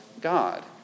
God